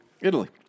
italy